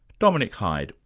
dominic hyde.